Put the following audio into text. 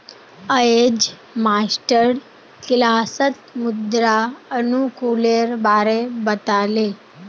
अयेज मास्टर किलासत मृदा अनुकूलेर बारे बता ले